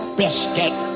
biscuit